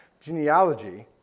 genealogy